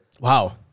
Wow